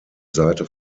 seite